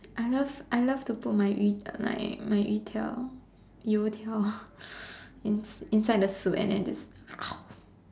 I love I love to put my yu~ like my my you-tiao you-tiao in~ inside the soup and just